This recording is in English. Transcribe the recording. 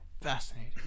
fascinating